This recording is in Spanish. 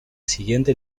siguiente